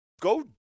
go